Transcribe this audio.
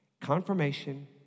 Confirmation